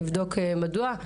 נבדוק מדוע.